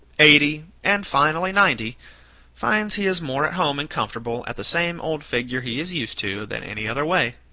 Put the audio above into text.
eighty, and finally ninety finds he is more at home and comfortable at the same old figure he is used to than any other way.